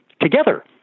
together